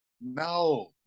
no